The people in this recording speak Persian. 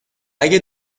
اگه